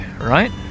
right